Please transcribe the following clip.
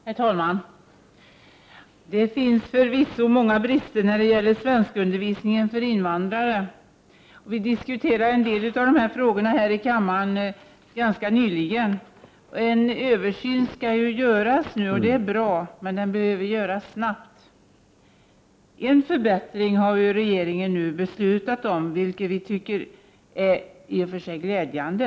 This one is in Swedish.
Herr talman! Det finns förvisso många brister när det gäller svenskundervisningen för invandrare. Vi diskuterade en del av dessa frågor här i kammaren ganska nyligen. En översyn skall ju göras, vilket är bra, men den behöver ske snabbt. En förbättring har regeringen nu fattat beslut om, vilket vi i och för sig tycker är glädjande.